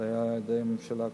זה היה על-ידי הממשלה הקודמת.